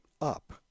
up